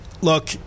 Look